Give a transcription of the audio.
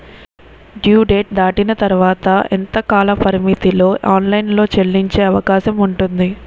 Due date దాటిన తర్వాత ఎంత కాలపరిమితిలో ఆన్ లైన్ లో చెల్లించే అవకాశం వుంది?